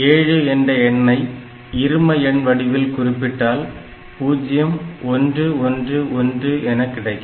7 என்ற எண்ணை இருமஎண் வடிவில் குறிப்பிட்டால் 0111 என கிடைக்கும்